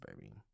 baby